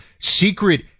secret